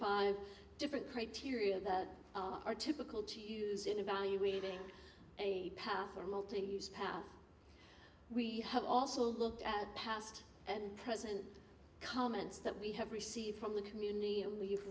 five different criteria that are typical to use in evaluating a path for multiple use path we have also looked at past and present comments that we have received from the community and we